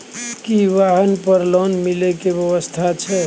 की वाहन पर लोन मिले के व्यवस्था छै?